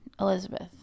Elizabeth